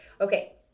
okay